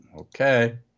okay